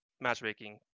matchmaking